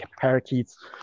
parakeets